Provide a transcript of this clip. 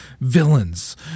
villains